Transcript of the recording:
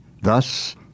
thus